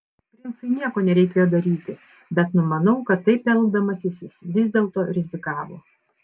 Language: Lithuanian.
princui nieko nereikėjo daryti bet numanau kad taip elgdamasis jis vis dėlto rizikavo